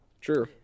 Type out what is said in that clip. True